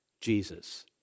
Jesus